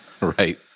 Right